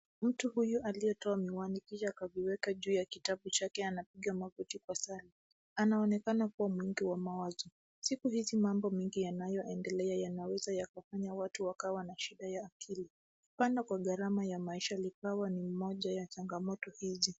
Mtu huyu aliyetoa miwani kisha akaviweka juu ya kitabu chake, anapiga magoti kwa sali. Anaonekana kuwa mwingi wa mawazo. Siku hizi mambo mengi yanayoendelea yanaweza yakafanya watu wakawa na shida ya akili. Kupanda kwa gharama ya maisha likawa ni moja ya changamoto hizi.